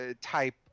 type